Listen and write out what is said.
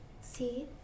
See